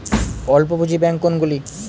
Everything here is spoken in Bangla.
অল্প পুঁজি ব্যাঙ্ক কোনগুলি?